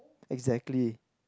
exactly